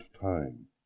time